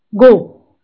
go